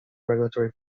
regulatory